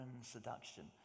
seduction